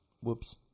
whoops